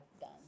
done